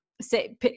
say